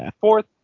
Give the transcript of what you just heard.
fourth